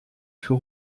für